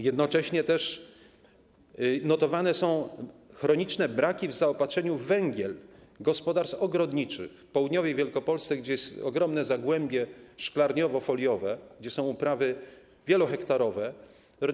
Jednocześnie notowane są chroniczne braki w zaopatrzeniu w węgiel gospodarstw ogrodniczych w południowej Wielkopolsce, gdzie jest ogromne zagłębie szklarniowo-foliowe i gdzie są wielohektarowe uprawy.